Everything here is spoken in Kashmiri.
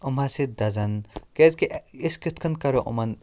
یِم ہاسے دَزَن کیٛازِکہِ أسۍ کِتھ کٔنۍ کَرو یِمَن